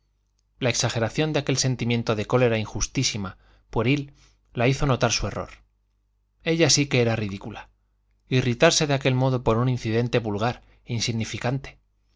la exageración de aquel sentimiento de cólera injustísima pueril la hizo notar su error ella sí que era ridícula irritarse de aquel modo por un incidente vulgar insignificante